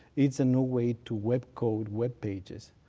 it's a new way to web code web pages,